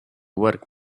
work